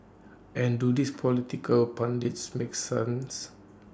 and do this political pundits make sense